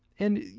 and, you